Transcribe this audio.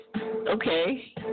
Okay